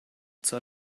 zur